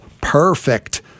perfect